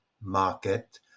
market